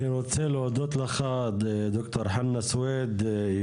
אני רוצה להודות לך ד"ר חנא סוויד,